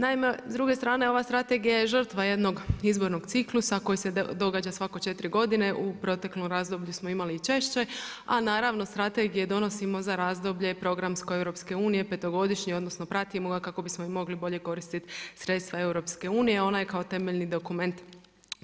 Naime, s druge strane ova Strategija je žrtva jednog izbornog ciklusa koji se događa svako 4 godine, u proteklom razdoblju smo imali i češće, a naravno strategije donosimo za razdoblje programsko Europske unije petogodišnje, odnosno pratimo ga kako bismo mogli bolje koristiti sredstva EU a ona je ka temeljni dokument